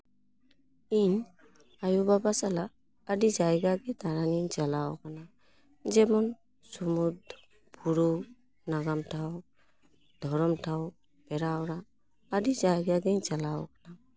ᱤᱧ ᱟᱹᱭᱩᱼᱵᱟᱵᱟ ᱥᱟᱞᱟᱜ ᱟᱹᱰᱤ ᱡᱟᱭᱜᱟ ᱜᱮ ᱫᱟᱬᱟᱱᱤᱧ ᱪᱟᱞᱟᱣ ᱠᱟᱱᱟ ᱡᱮᱢᱚᱱ ᱥᱩᱢᱩᱫᱽ ᱵᱩᱨᱩ ᱱᱟᱜᱟᱢ ᱴᱷᱟᱶ ᱫᱷᱚᱨᱚᱢ ᱴᱷᱟᱶ ᱯᱮᱲᱟ ᱚᱲᱟᱜ ᱟᱹᱰᱤ ᱡᱟᱭᱜᱟ ᱜᱤᱧ ᱪᱟᱞᱟᱣ ᱠᱟᱱᱟ